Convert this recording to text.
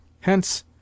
Hence